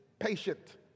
patient